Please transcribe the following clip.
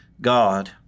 God